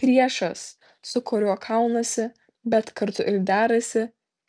priešas su kuriuo kaunasi bet kartu ir derasi